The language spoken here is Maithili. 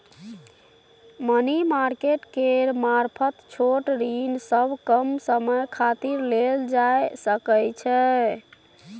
मनी मार्केट केर मारफत छोट ऋण सब कम समय खातिर लेल जा सकइ छै